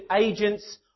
agents